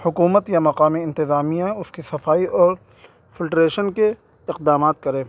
حکومت یا مقامی انتظامیہ اس کی صفائی اور فلٹریشن کے اقدامات کرے